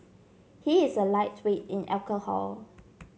he is a lightweight in alcohol